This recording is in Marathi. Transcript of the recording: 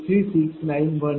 u Q20